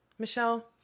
Michelle